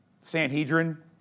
Sanhedrin